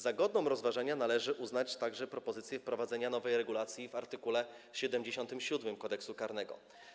Za godną rozważenia należy uznać też propozycję wprowadzenia nowej regulacji w art. 77 Kodeksu karnego.